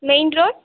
main road